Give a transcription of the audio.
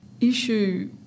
issue